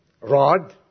rod